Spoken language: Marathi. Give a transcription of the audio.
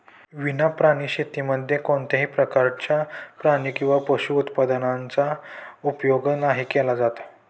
विना प्राणी शेतीमध्ये कोणत्याही प्रकारच्या प्राणी किंवा पशु उत्पादनाचा उपयोग नाही केला जात